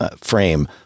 frame